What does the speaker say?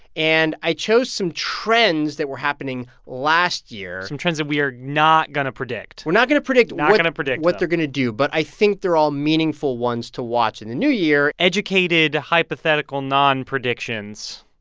and i chose some trends that were happening last year some trends of we are not going to predict we're not going to predict. we're going to predict them. what they're going to do, but i think they're all meaningful ones to watch in the new year educated, hypothetical non-predictions.